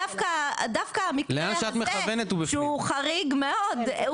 דווקא המקרה הזה שהוא חריג מאוד,